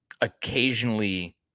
occasionally